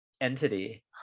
entity